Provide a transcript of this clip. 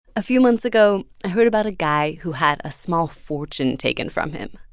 a few months ago, i heard about a guy who had a small fortune taken from him,